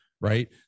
right